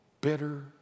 bitter